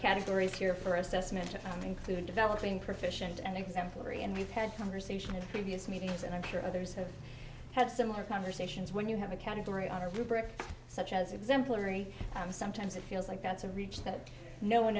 categories here for assessment and include developing proficient and exemplary and we've had conversation in previous meetings and i'm sure others have had similar conversations when you have a category on a rubric such as exemplary i'm sometimes it feels like that's a reach that no one